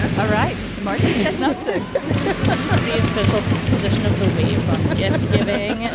all right marcia said no to the official position of the waves on gift giving.